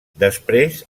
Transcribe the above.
després